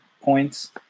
points